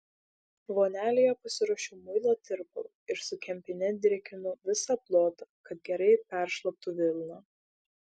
vonelėje pasiruošiau muilo tirpalo ir su kempine drėkinu visą plotą kad gerai peršlaptų vilna